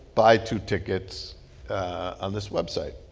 buy two tickets on this website.